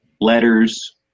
letters